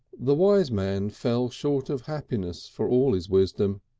the wise man fell short of happiness for all his wisdom.